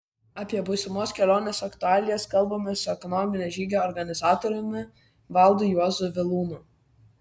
apie būsimos kelionės aktualijas kalbamės su ekonominio žygio organizatoriumi valdu juozu vilūnu